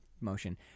motion